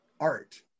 art